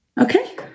Okay